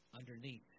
underneath